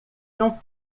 não